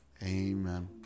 Amen